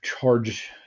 charge